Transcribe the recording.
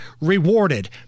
rewarded